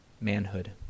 manhood